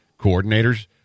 coordinators